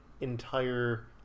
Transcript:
entire